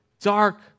dark